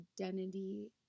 identity